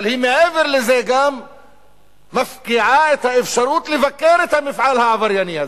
אבל מעבר לזה היא גם מפקיעה את האפשרות לבקר את המפעל העברייני הזה,